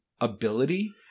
ability